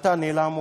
מה תענה לה המורה?